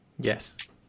Yes